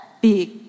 big